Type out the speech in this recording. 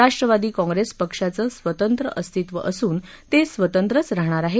Rashtrawadi Congress पक्षाचे स्वतंत्र अस्तित्व असून ते स्वतंत्रच राहणार आहे